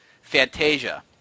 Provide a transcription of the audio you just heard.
Fantasia